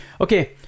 Okay